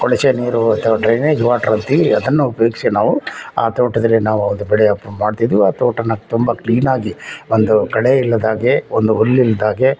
ಕೊಳಚೆ ನೀರು ಅಥವಾ ಡ್ರೈನೇಜ್ ವಾಟ್ರ್ ಅಂತೀವಿ ಅದನ್ನು ಉಪಯೋಗ್ಸಿ ನಾವು ಆ ತೋಟದಲ್ಲಿ ನಾವು ಒಂದು ಬೆಳೆ ಮಾಡ್ತಿದ್ವಿ ಆ ತೋಟನ ತುಂಬ ಕ್ಲೀನಾಗಿ ಒಂದು ಕಳೆ ಇಲ್ಲದ್ಹಾಗೆ ಒಂದು ಹುಲ್ಲು ಇಲ್ದಾಗೆ